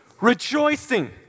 Rejoicing